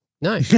No